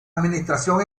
administración